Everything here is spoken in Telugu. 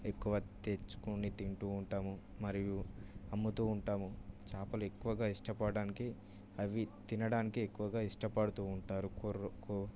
ఎక్కువ తెచ్చుకొని తింటూ ఉంటాము మరియు అమ్ముతూ ఉంటాము చేపలు ఎక్కువగా ఇష్టపడడానికి అవి తినడానికి ఎక్కువగా ఇష్టపడుతూ ఉంటారు కొర్రు కొ